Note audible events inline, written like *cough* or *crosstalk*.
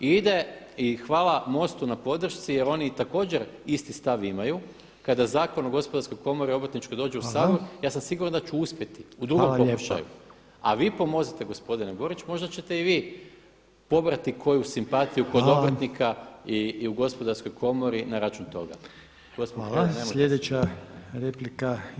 I ide, i hvala MOST-u na podršci jer oni također isti stav imaju, kada Zakon o Gospodarskoj komori, Obrtničku dođu u Saboru, ja sam siguran da ću uspjeti u drugom pokušaju a vi pomozite gospodinu … *unintelligible* možda ćete i vi pobrati koju simpatiju kod obrtnika i u Gospodarskoj komori na račun toga.